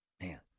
Man